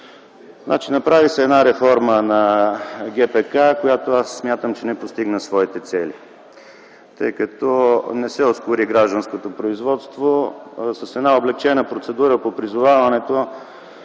нищо. Направи се една реформа на ГПК, която аз смятам, че не постигна своите цели, тъй като не се ускори гражданското производство. С една облекчена процедура по призоваването